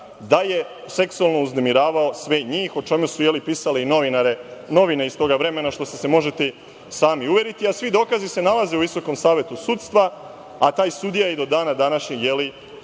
da je seksualno uznemiravao sve njih, o čemu su pisale i novine iz toga vremena, u šta se možete i sami uveriti. Svi dokazi se nalaze u Visokom savetu sudstva, a taj sudija je i do dana današnjeg